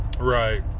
Right